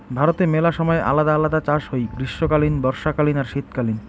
ভারতে মেলা সময় আলদা আলদা চাষ হই গ্রীষ্মকালীন, বর্ষাকালীন আর শীতকালীন